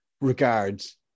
Regards